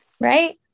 right